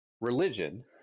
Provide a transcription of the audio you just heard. Religion